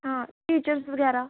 ਹਾਂ ਟੀਚਰਸ ਵਗੈਰਾ